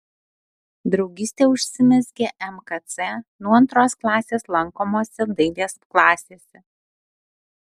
draugystė užsimezgė mkc nuo antros klasės lankomose dailės klasėse